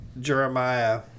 Jeremiah